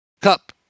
Cup